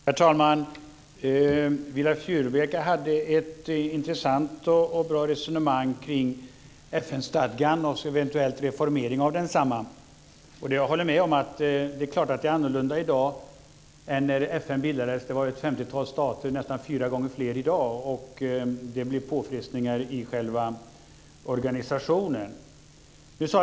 Herr talman! Viola Furubjelke hade ett intressant och bra resonemang kring FN-stadgan och en eventuell reformering av densamma. Jag håller med om att det är annorlunda i dag än när FN bildades. Det var då ett femtiotal stater, och det är nästan fyra gånger fler i dag. Det blir påfrestningar i själva organisationen.